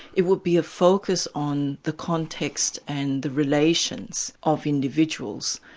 it would be a focus on the context and the relations of individuals,